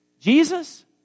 Jesus